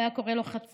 הוא היה קורא לו "חצב".